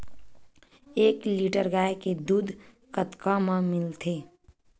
एक लीटर गाय के दुध कतका म मिलथे?